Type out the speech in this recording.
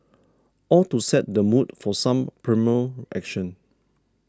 all to set the mood for some primal action